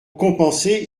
compenser